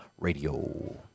Radio